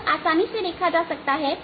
यह आसानी से देखा जा सकता है